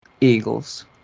eagles